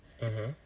mmhmm